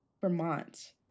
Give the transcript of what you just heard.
Vermont